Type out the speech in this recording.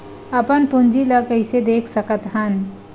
अपन पूंजी ला कइसे देख सकत हन?